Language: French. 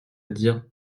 dire